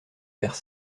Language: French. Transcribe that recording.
vers